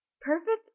perfect-